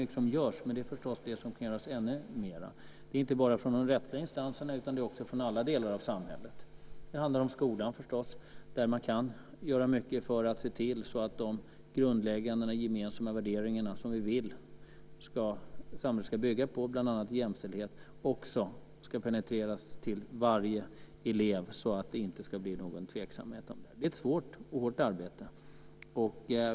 Mycket görs men det kan alltså göras ännu mer - inte bara från de rättsliga instansernas sida utan från alla delar av samhället. Det handlar då förstås om skolan där man kan göra mycket för att se till att de grundläggande och gemensamma värderingar som vi vill att samhället ska bygga på, bland annat jämställdheten, också ska penetreras till varje elev så att det inte blir någon tveksamhet. Detta är ett svårt och hårt arbete.